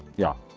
yeah,